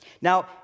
Now